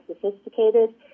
sophisticated